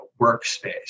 workspace